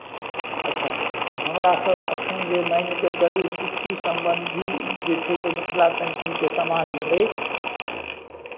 अच्छा तऽ हमरा सभ एखन जे मानि कऽ चलू सिक्की सम्बन्धी जे छै से मिथिला पेंटिंगके सामान लेबै